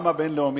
גם הבין-לאומית,